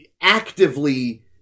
actively